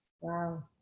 Wow